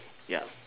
yup